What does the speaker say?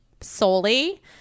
solely